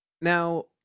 Now